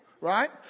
Right